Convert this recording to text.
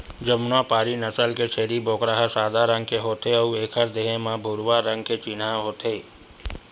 जमुनापारी नसल के छेरी बोकरा ह सादा रंग के होथे अउ एखर देहे म भूरवा रंग के चिन्हा होथे